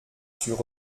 sur